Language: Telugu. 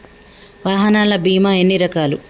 వాహనాల బీమా ఎన్ని రకాలు?